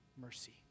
mercy